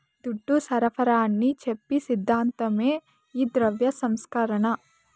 దుడ్డు సరఫరాని చెప్పి సిద్ధాంతమే ఈ ద్రవ్య సంస్కరణ